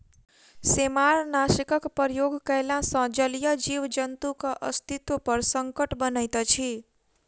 सेमारनाशकक प्रयोग कयला सॅ जलीय जीव जन्तुक अस्तित्व पर संकट अनैत अछि